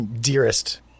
dearest